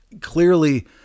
Clearly